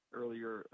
earlier